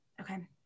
Okay